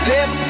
Live